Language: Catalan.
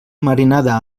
marinada